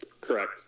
Correct